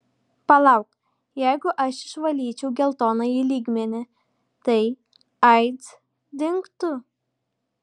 palauk jeigu aš išvalyčiau geltonąjį lygmenį tai aids dingtų